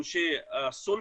אנשי הסולחות,